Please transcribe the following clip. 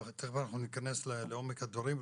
ואחר כך אנחנו ניכנס לעומק הדברים,